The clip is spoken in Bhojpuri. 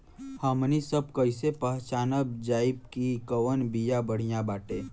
हमनी सभ कईसे पहचानब जाइब की कवन बिया बढ़ियां बाटे?